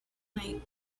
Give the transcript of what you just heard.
night